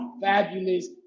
Fabulous